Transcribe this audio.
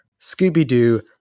scooby-doo